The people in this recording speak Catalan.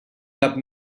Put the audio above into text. cap